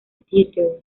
theatre